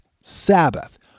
Sabbath